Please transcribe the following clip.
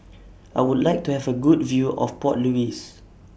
I Would like to Have A Good View of Port Louis